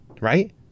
right